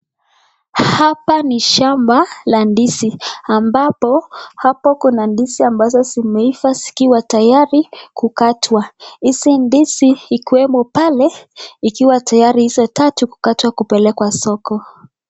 Hapa ni shamba la ndizi, ambapo hapo kuna ndizi ambazo zimeiva zikiwa tayari kukatwa. Hizi ndizi ikiwemo pale, ikiwa tayari hizo tatu kukatwa kupelekwa soko.